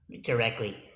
directly